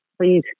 please